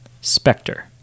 Spectre